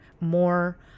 more